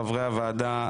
חברי הוועדה,